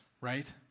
right